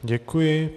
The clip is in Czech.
Děkuji.